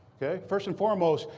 ok? first and foremost,